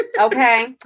Okay